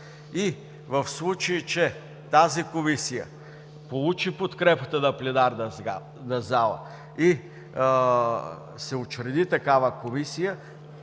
И в случай че тази комисия получи подкрепата на пленарната зала и се учреди, тогава да се